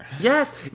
Yes